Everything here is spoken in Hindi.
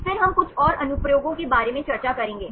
फिर हम कुछ और अनुप्रयोगों के बारे में चर्चा करेंगे